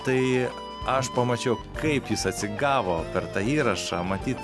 tai aš pamačiau kaip jis atsigavo per tą įrašą matyt